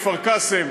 מכפר-קאסם,